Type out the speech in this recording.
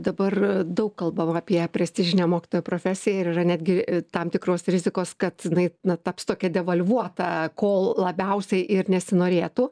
dabar daug kalbam apie prestižinę mokytojo profesiją ir yra netgi tam tikros rizikos kad jinai na taps tokia devalvuota kol labiausiai ir nesinorėtų